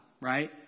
right